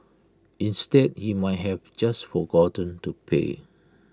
instead he might have just forgotten to pay